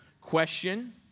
question